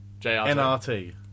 NRT